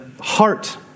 heart